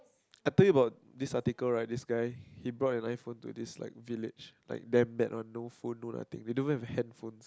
I told you about this article right this guy he bought an iPhone to this like village like damn bad one no phone no nothing don't even have handphones